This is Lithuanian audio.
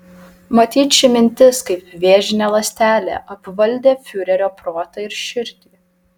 matyt ši mintis kaip vėžinė ląstelė apvaldė fiurerio protą ir širdį